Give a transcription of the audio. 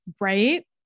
Right